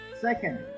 second